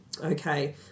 Okay